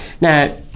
Now